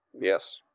Yes